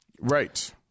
Right